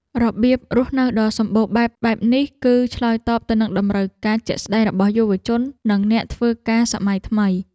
របៀបរស់នៅដ៏សម្បូរបែបបែបនេះ គឺឆ្លើយតបទៅនឹងតម្រូវការជាក់ស្តែងរបស់យុវជននិងអ្នកធ្វើការសម័យថ្មី។